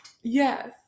Yes